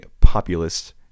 populist